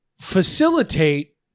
facilitate